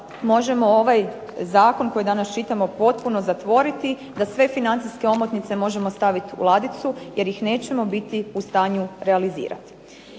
možemo ovaj zakon koji danas čitamo potpuno zatvoriti, da sve financijske omotnice možemo staviti u ladicu jer ih nećemo biti u stanju realizirati.